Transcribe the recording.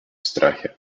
страхе